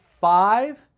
five